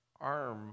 arm